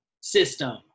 system